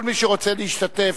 כל מי שרוצה להשתתף,